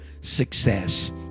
success